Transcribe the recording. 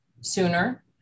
sooner